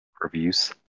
reviews